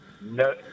no